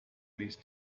least